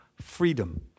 freedom